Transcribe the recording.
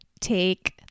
take